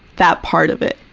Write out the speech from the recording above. that part of it.